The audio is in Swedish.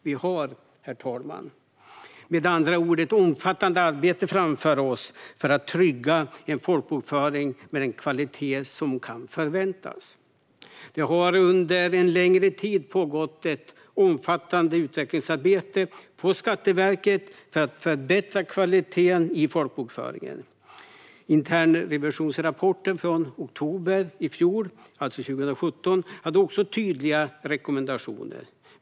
Vi har, herr talman, med andra ord ett omfattande arbete framför oss för att trygga en folkbokföring med den kvalitet som kan förväntas. Det har under en längre tid pågått ett omfattande utvecklingsarbete på Skatteverket för att förbättra kvaliteten i folkbokföringen. Internrevisionsrapporten från oktober 2017 hade också tydliga rekommendationer.